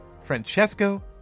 Francesco